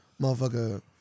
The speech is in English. motherfucker